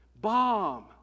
Bomb